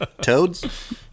Toads